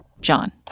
John